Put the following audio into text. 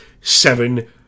seven